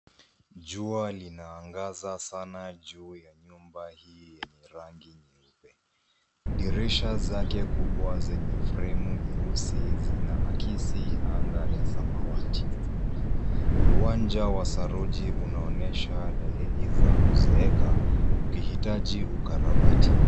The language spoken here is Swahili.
Jua linaangaza sana juu ya nyumba hii yenye rangi nyeupe. Dirisha zake kubwa zenye fremu nyeusi zinaakisi anga ya samawati . Uwanja wa saruji unaonyesha dalili za kuzeeka, ukihitaji ukarabati.